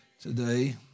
today